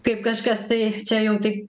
kaip kažkas tai čia jau taip